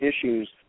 issues